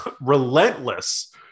relentless